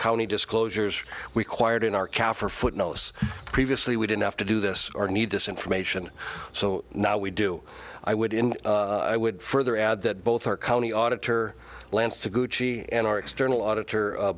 county disclosures we quiet in our care for footnotes previously we didn't have to do this or need this information so now we do i would in i would further add that both our county auditor lance to gucci and our external auditor